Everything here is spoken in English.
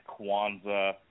Kwanzaa